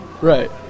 Right